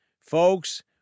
Folks